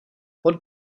pod